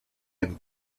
and